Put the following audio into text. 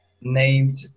named